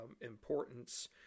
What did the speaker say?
importance